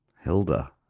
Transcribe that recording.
Hilda